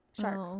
shark